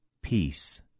Peace